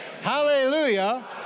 Hallelujah